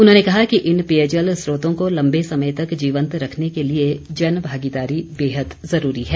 उन्होंने कहा कि इन पेयजल स्रोतों को लम्बे समय तक जीवंत रखने के लिए जन भागीदारी बेहद जरूरी है